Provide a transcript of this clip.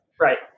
Right